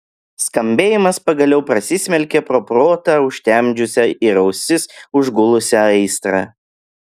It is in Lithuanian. skambėjimas pagaliau prasismelkė pro protą užtemdžiusią ir ausis užgulusią aistrą